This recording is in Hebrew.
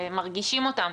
מרגישים אותם,